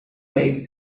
waves